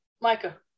Micah